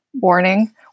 warning